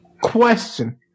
Question